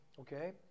okay